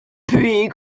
puis